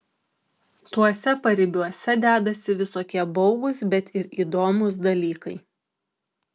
tuose paribiuose dedasi visokie baugūs bet ir įdomūs dalykai